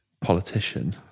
politician